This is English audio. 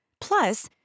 Plus